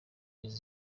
izi